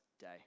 day